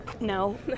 No